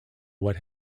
what